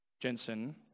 Jensen